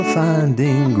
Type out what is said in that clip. finding